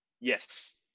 Yes